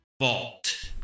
Vault